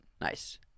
Nice